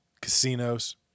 casinos